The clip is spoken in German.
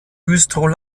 güstrow